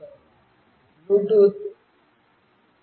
Bluetooth 2